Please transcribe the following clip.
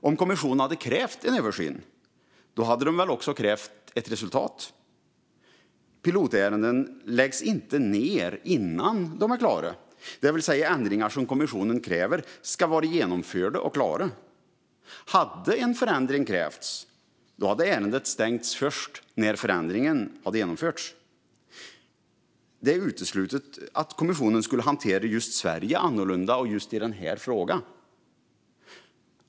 Om kommissionen hade krävt en översyn hade man väl också krävt ett resultat. Pilotärenden läggs inte ned innan de är klara, det vill säga att ändringar som kommissionen kräver ska vara genomförda och klara. Hade en förändring krävts hade ärendet stängts först när förändringen hade genomförts. Det är uteslutet att kommissionen skulle hantera just Sverige annorlunda och just i denna fråga.